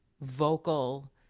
vocal